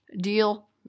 deal